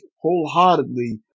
wholeheartedly